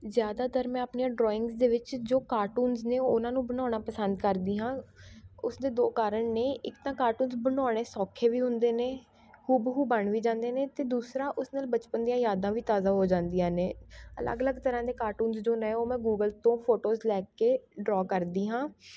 ਜ਼ਿਆਦਾਤਰ ਮੈਂ ਆਪਣੀਆਂ ਡਰੋਇੰਗਜ਼ ਦੇ ਵਿੱਚ ਜੋ ਕਾਰਟੂਨਸ ਨੇ ਉਹਨਾਂ ਨੂੰ ਬਣਾਉਣਾ ਪਸੰਦ ਕਰਦੀ ਹਾਂ ਉਸਦੇ ਦੋ ਕਾਰਨ ਨੇ ਇੱਕ ਤਾਂ ਕਾਰਟੂਨ ਬਣਾਉਣੇ ਸੌਖੇ ਵੀ ਹੁੰਦੇ ਨੇ ਹੂਬਹੂ ਬਣ ਵੀ ਜਾਂਦੇ ਨੇ ਅਤੇ ਦੂਸਰਾ ਉਸ ਨਾਲ਼ ਬਚਪਨ ਦੀਆਂ ਯਾਦਾਂ ਵੀ ਤਾਜ਼ਾ ਹੋ ਜਾਂਦੀਆਂ ਨੇ ਅਲੱਗ ਅਲੱਗ ਤਰ੍ਹਾਂ ਦੇ ਕਾਰਟੂਨਸ ਜੋ ਨੇ ਉਹ ਮੈਂ ਗੂਗਲ ਤੋਂ ਫੋਟੋਜ਼ ਲੈ ਕੇ ਡਰੋਅ ਕਰਦੀ ਹਾਂ